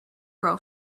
grow